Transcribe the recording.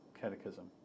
catechism